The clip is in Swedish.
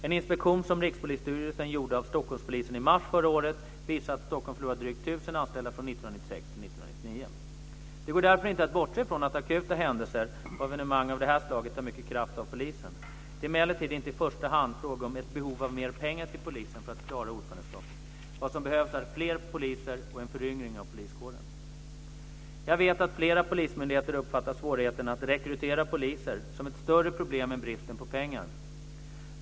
En inspektion som Rikspolisstyrelsen gjorde av Stockholmspolisen i mars förra året visar att Stockholm förlorat drygt Det går därför inte att bortse från att akuta händelser och evenemang av det här slaget tar mycket kraft av polisen. Det är emellertid inte i första hand fråga om ett behov av mer pengar till polisen för att klara ordförandeskapet. Vad som behövs är fler poliser och en föryngring av poliskåren. Jag vet att flera polismyndigheter uppfattar svårigheten att rekrytera poliser som ett större problem än bristen på pengar.